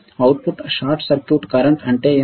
output short circuit current అంటే ఏమిటి